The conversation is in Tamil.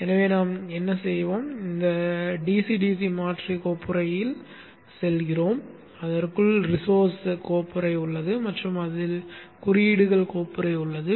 எனவே நாம் என்ன செய்வோம் நாம் இந்த dc dc மாற்றி கோப்புறையில் செல்கிறோம் அதற்குள் ரீஸோர்ஸ் கோப்புறை உள்ளது மற்றும் அதில் குறியீடுகள் கோப்புறை உள்ளது